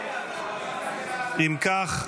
אם כך,